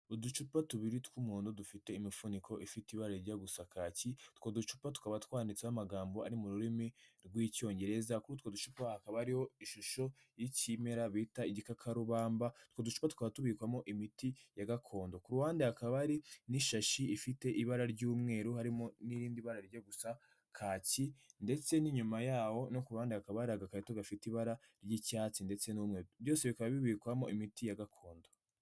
Uducupa tubiri tw'umuhodo dufite imifuniko ifite ibara rijya gusa kaki. Utwo ducupa tukaba twanditseho amagambo ari mu rurimi rw'Icyongereza. Kuri utwo ducupa hakaba hariho ishusho y'ikimera bita igikakarubamba. Utwo ducupa tukaba tubikwamo imiti ya gakondo. Ku ruhande hakaba hari n'ishashi ifite ibara ry'umweru, harimo n'irindi bara rijya gusa kaki, ndetse n'inyuma yaho, no ku ruhande hakaba hari agakarito gafite ibara ry'icyatsi ndetse n'umweru. Byose bikaba bibikwamo imiti ya gakondo.